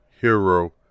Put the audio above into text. hero